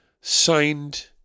signed